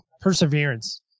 perseverance